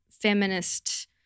feminist